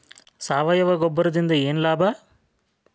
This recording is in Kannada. ಸಾವಯವ ಗೊಬ್ಬರದಿಂದ ಏನ್ ಲಾಭ?